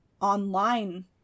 online